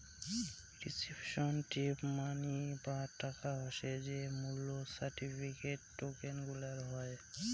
representative money বা টাকা হসে যে মূল্য সার্টিফিকেট, টোকেন গুলার হই